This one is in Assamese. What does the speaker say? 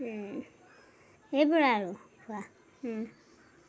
সেইবোৰে আৰু খোৱা